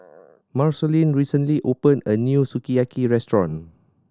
Marceline recently opened a new Sukiyaki Restaurant